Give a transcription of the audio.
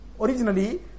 originally